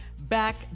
back